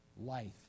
life